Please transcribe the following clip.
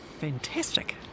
Fantastic